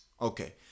Okay